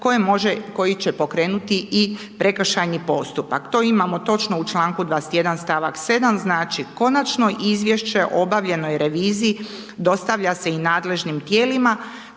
koje će pokrenuti i prekršajni postupak. To imamo točno u članku 21. stavak 7., znači konačno izvješće o obavljenoj reviziji, dostavlja se i nadležnim tijelima